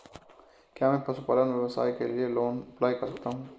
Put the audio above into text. क्या मैं पशुपालन व्यवसाय के लिए लोंन अप्लाई कर सकता हूं?